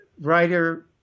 writer